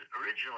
originally